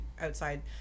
outside